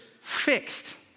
fixed